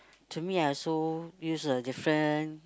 to me I also use a different